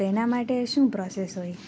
તો એના માટે શું પ્રોસેસ હોય